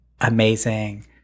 amazing